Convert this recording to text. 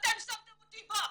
שאתם שמתם אותי בו,